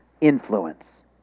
influence